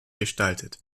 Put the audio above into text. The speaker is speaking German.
gestaltet